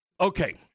okay